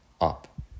up